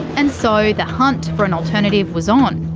and so the hunt for an alternative was on.